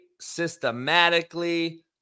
systematically